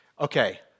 okay